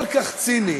כל כך ציני.